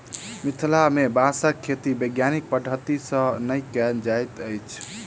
मिथिला मे बाँसक खेती वैज्ञानिक पद्धति सॅ नै कयल जाइत अछि